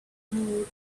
need